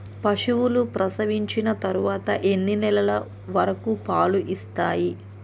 పశువులు ప్రసవించిన తర్వాత ఎన్ని నెలల వరకు పాలు ఇస్తాయి?